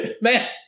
Man